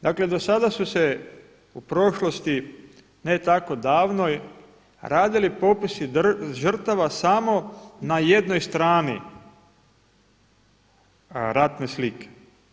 Dakle do sada su se u prošlosti ne tako davnoj radili popisi žrtava samo na jednoj strani ratne slike.